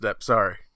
sorry